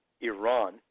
Iran